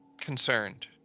concerned